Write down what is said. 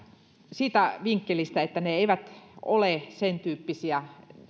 vinkkelistä että ne eivät ole sen tyyppisiä